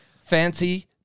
fancy